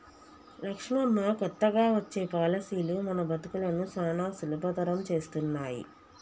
లక్ష్మమ్మ కొత్తగా వచ్చే పాలసీలు మన బతుకులను సానా సులభతరం చేస్తున్నాయి